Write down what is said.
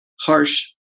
harsh